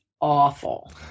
awful